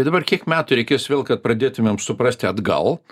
ir dabar kiek metų reikės vėl kad pradėtumėm suprasti atgal